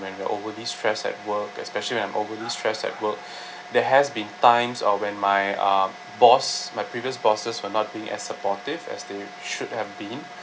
when you're overly stressed at work especially when I'm overly stressed at work there has been times ah when my uh boss my previous bosses were not being as supportive as they should have been